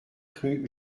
rue